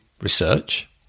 research